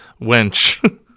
wench